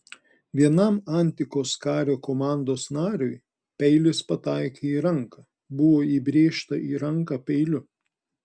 vienam antikos kario komandos nariui peilis pataikė į ranką buvo įbrėžta į ranką peiliu